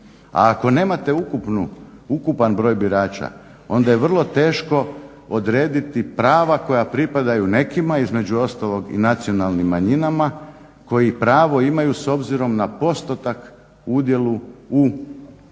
A ako nemate ukupan broj birača onda je vrlo teško odrediti prava koja pripadaju nekima između ostalog i nacionalnim manjinama koji pravo imaju s obzirom na postotak udjelu u popisu